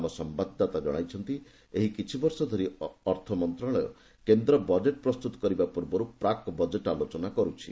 ଆମ ସମ୍ଭାଦଦାତା ଜଣାଇଛନ୍ତି ଏଇ କିଛି ବର୍ଷ ଧରି ଅର୍ଥ ମନ୍ତ୍ରଣାଳୟ କେନ୍ଦ୍ର ବଜେଟ୍ ପ୍ରସ୍ତୁତ କରିବା ପୂର୍ବରୁ ପ୍ରାକ୍ ବଜେଟ୍ ଆଲୋଚନା କରୁଛି